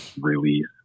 release